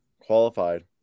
qualified